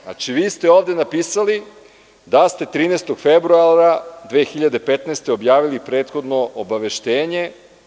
Znači, vi ste ovde napisali da ste 13. februara 2015. godine objavili prethodno obaveštenje.